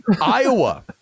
Iowa